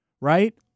Right